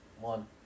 one